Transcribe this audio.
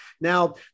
Now